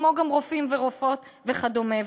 כמו גם רופאים ורופאות וכדומה.